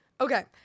Okay